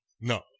No